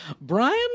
Brian